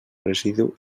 residu